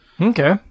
Okay